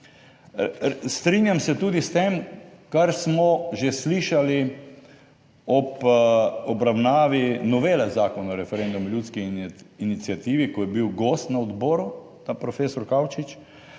Strinjam se tudi s tem, kar smo že slišali ob obravnavi Novele zakona o referendumu in ljudski iniciativi, ko je bil gost na odboru ta profesor Kavčič.